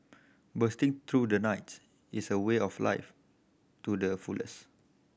bursting through the night is a way of life to the fullest